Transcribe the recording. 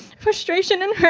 frustration, and